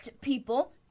people